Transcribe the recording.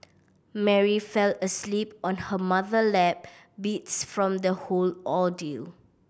Mary fell asleep on her mother lap beats from the whole ordeal